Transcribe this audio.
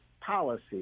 policy